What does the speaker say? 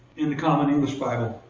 in the common english bible.